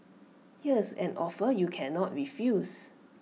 here's an offer you cannot refuse